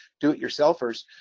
do-it-yourselfers